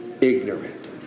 ignorant